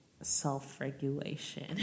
self-regulation